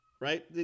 right